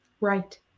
Right